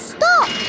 Stop